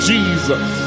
Jesus